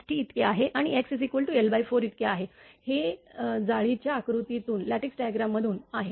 5T इतके आहे आणि x l4 इतके आहे हे जाळीच्या आकृतीतून आहे